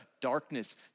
darkness